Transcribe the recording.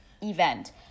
event